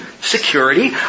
security